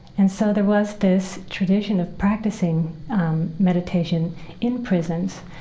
and so there was this tradition of practicing um meditation in prisons.